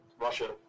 Russia